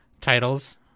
Titles